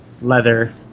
leather